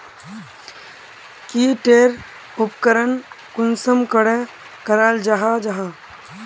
की टेर उपकरण कुंसम करे कराल जाहा जाहा?